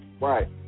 right